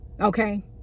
okay